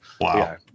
Wow